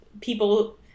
people